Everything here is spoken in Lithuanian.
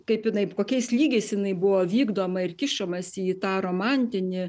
kaip jinai kokiais lygiais jinai buvo vykdoma ir kišamasi į tą romantinį